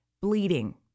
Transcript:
bleeding